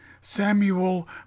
Samuel